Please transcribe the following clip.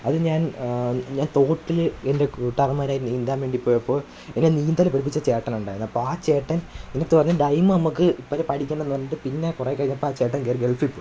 അത് ഞാൻ ഞാന് തോട്ടിൽ എന്റെ കൂട്ടുകാരന്മാരായി നീന്താൻ വേണ്ടി പോയപ്പോൾഎന്നെ നീന്തൽ പഠിപ്പിച്ച ചേട്ടനുണ്ടായിരുന്നു അപ്പോൾ ആ ചേട്ടന് എന്റെ അടുത്തു പറഞ്ഞു ഡൈമ് നമുക്ക് ഇപ്പോഴേ പഠിക്കണ്ട എന്നു പറഞ്ഞിട്ട് പിന്നെ കുറേ കഴിഞ്ഞപ്പോൾ ആ ചേട്ടന് കയറി ഗള്ഫിൽ പോയി